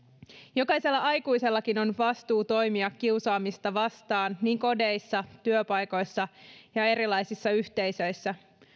jokaisella aikuisellakin on vastuu toimia kiusaamista vastaan niin kodeissa työpaikoissa kuin erilaisissa yhteisöissä